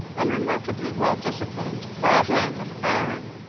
and remarkably well disciplined by a hand of iron.